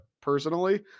personally